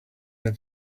had